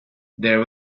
there